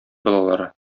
балалары